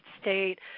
state